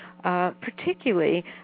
Particularly